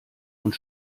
und